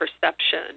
perception